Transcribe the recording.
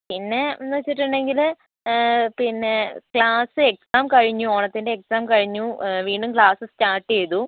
പിന്നെ എന്ന് വെച്ചിട്ടുണ്ടെങ്കിൽ പിന്നെ ക്ലാസ് എക്സാം കഴിഞ്ഞു ഓണത്തിൻ്റെ എക്സാം കഴിഞ്ഞു വീണ്ടും ക്ലാസ് സ്റ്റാർട്ട് ചെയ്തു